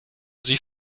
sie